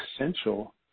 essential